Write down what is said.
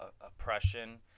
Oppression